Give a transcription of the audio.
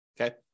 okay